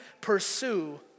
pursue